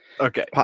Okay